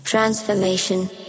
Transformation